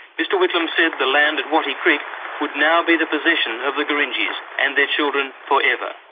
mr whitlam said the land at wattie creek would now be the possession of the gurindjis and their children forever.